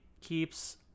keeps